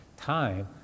time